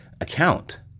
account